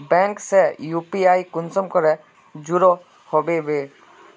Bank से UPI कुंसम करे जुड़ो होबे बो?